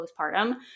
postpartum